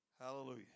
Hallelujah